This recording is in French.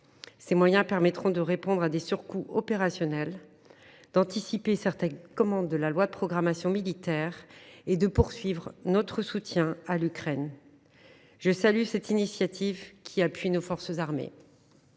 Ces moyens permettront de répondre à des surcoûts opérationnels, d’anticiper certaines commandes de la loi de programmation militaire et de prolonger notre soutien à l’Ukraine. Je salue cette initiative au profit de nos forces armées.